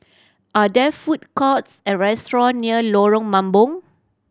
are there food courts or restaurant near Lorong Mambong